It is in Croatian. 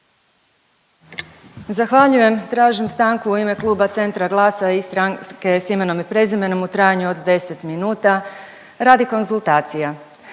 Zahvaljujem. Tražim stanku u ime kluba Centra, GLAS-a i Stranke s imenom i prezimenom u trajanju od 10 minuta radi konzultacija,